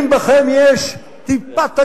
אם יש בכם טיפת הגינות,